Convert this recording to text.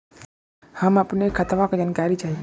हम अपने खतवा क जानकारी चाही?